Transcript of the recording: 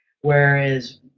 Whereas